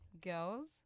girls